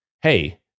hey